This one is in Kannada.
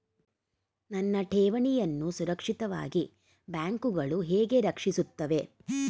ನನ್ನ ಠೇವಣಿಯನ್ನು ಸುರಕ್ಷಿತವಾಗಿ ಬ್ಯಾಂಕುಗಳು ಹೇಗೆ ರಕ್ಷಿಸುತ್ತವೆ?